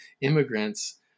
immigrants